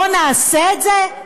לא נעשה את זה?